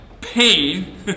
pain